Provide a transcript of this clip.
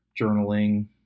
journaling